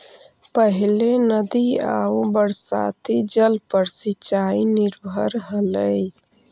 पहिले नदी आउ बरसाती जल पर सिंचाई निर्भर हलई